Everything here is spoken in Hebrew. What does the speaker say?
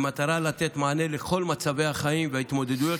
במטרה לתת מענה לכל מצבי החיים וההתמודדויות